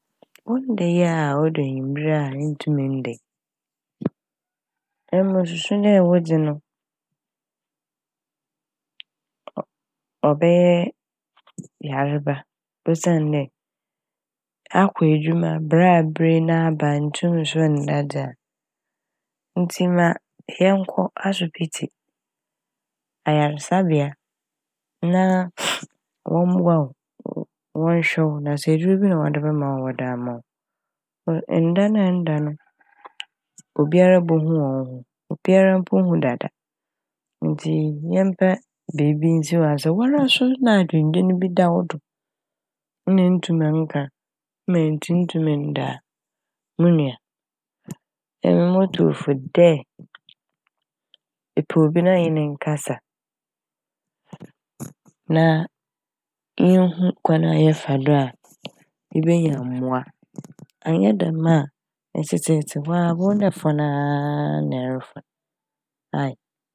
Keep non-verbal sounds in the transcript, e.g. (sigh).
Wo nda yi a odu ewimber yi a nntum nnda yi emi mosusu dɛ wɔdze no ɔb- ɔbɛyɛɛ yarba osiandɛ akɔ edwuma berɛ aberɛ yi na aba na nntum so nda dze a ntsi ma yɛnkɔ asopitsi ayarsabea na a (hesitation) Wɔmboa wo wɔnhwɛ wo na sɛ edur bi na wɔde bɛma wo a wɔde ama wo. Wɔ- nda na ɛnnda no obiara bohu wɔ wo ho. Obiara mpo hu dada ntsi yɛmpɛ beebi nnsi - ntsi wara so na adwendwen bi da wo do na enntum nka ma ntsi enntum nnda a mu nua na ɔno mutu wo fo dɛ pɛ obi na enye no nkasa na yenhu kwan a yɛfa do a yebenya mboa annyɛ dɛm a etsetsetse hɔ ebohu dɛ fon aa na ɛrofon ae.